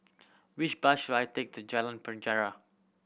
which bus should I take to Jalan Penjara